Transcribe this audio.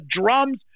drums